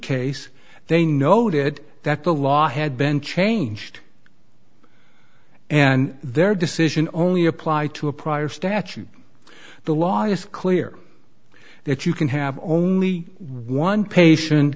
case they noted that the law had been changed and their decision only applied to a prior statute the law is clear that you can have only one patient